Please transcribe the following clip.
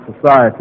society